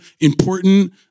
important